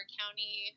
county